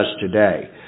today